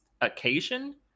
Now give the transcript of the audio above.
occasion